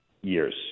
years